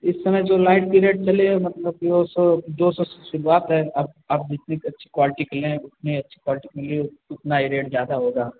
इस समय जो लाइट की रेट चल रही है मतलब दो सौ दो सौ से शुरूआत है अब आप जितनी अच्छी क्वालटी के लें उतनी अच्छी क्वालटी की ले उतना ही रेट ज़्यादा होगा